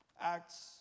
Acts